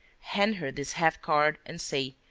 hand her this half-card and say,